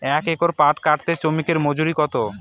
এক একর পাট কাটতে শ্রমিকের মজুরি কত?